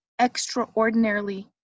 extraordinarily